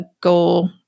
goal